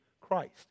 Christ